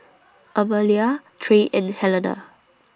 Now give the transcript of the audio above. Amalia Trey and Helena